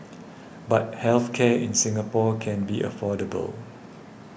but health care in Singapore can be affordable